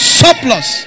surplus